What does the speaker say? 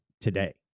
today